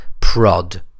Prod